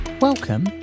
Welcome